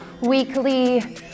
weekly